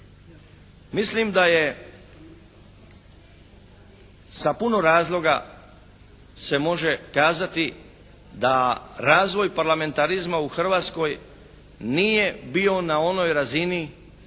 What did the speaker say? Mislim da je sa puno razloga se može kazati da razvoj parlamentarizma u Hrvatskoj nije bio na onoj razini